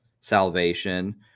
salvation